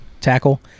tackle